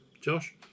Josh